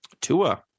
Tua